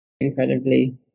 incredibly